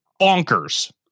bonkers